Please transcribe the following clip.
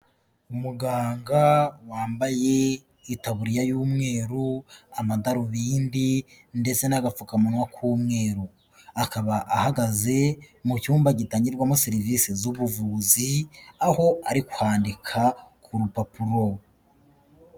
Umuganga wambaye itaburiya y'umweru, amadarubindi ndetse n'agapfukamunwa k'umweru, akaba ahagaze mu cyumba gitangirwamo serivisi z'ubuvuzi, aho ari kwandika ku rupapuro.